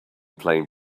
playing